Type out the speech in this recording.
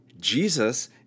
Jesus